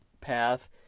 path